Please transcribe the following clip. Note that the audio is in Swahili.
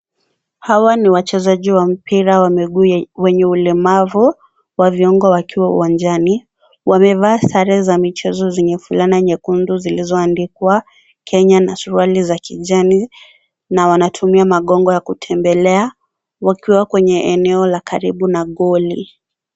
Hawa ni wachezaji wa mpira wa miguu wenye ulemavu wa viungo wakiwa uwanjani. Wamevaa sare za michezo zenye fulana nyekundu zilizoandikwa Kenya na suruali za kijani na wanatumia magongo ya kutembelea wakiwa kwenye eneo la karibu na goli.